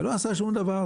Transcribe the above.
ולא עשה שום דבר.